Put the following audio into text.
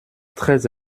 très